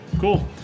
Cool